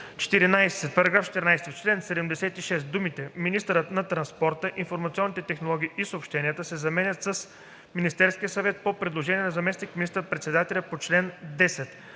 § 14: „§ 14. В чл. 76 думите „министъра на транспорта, информационните технологии и съобщенията“ се заменят с „Министерския съвет по предложение на заместник министър председателя по чл. 10“.“